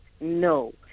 No